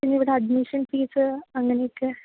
പിന്നിവിടെ admission fees അങ്ങനെയൊക്കെ